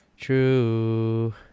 True